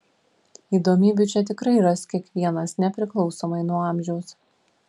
įdomybių čia tikrai ras kiekvienas nepriklausomai nuo amžiaus